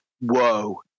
whoa